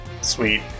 Sweet